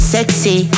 Sexy